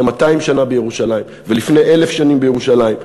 200 שנה בירושלים ולפני 1,000 שנים בירושלים.